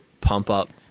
pump-up